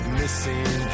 missing